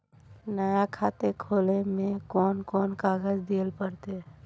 नया खाता खोले में कौन कौन कागज देल पड़ते?